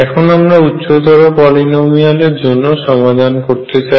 এখন আমরা উচ্চতর পলিনোমিয়াল এর জন্য সমাধান করতে চাই